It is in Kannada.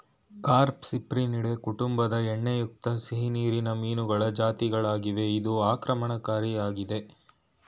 ಕಾರ್ಪ್ ಸಿಪ್ರಿನಿಡೆ ಕುಟುಂಬದ ಎಣ್ಣೆಯುಕ್ತ ಸಿಹಿನೀರಿನ ಮೀನುಗಳ ಜಾತಿಗಳಾಗಿವೆ ಇದು ಆಕ್ರಮಣಕಾರಿಯಾಗಯ್ತೆ